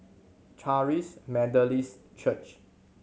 Charis Methodist Church